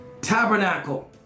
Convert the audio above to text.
Tabernacle